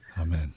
Amen